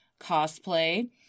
cosplay